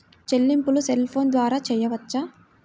చెల్లింపులు cell phone ద్వారా చేయవచ్చా?